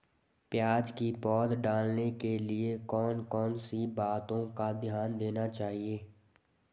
प्याज़ की पौध डालने के लिए कौन कौन सी बातों का ध्यान देना चाहिए?